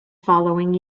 following